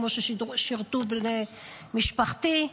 כמו ששירתה משפחתי,